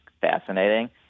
fascinating